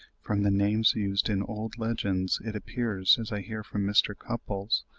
from the names used in old legends, it appears, as i hear from mr. cupples,